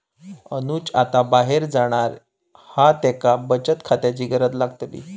अनुज आता बाहेर जाणार हा त्येका बचत खात्याची गरज लागतली